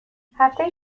هفتهای